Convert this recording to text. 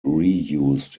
reused